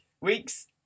weeks